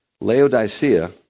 Laodicea